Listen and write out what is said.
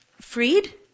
freed